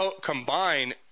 Combine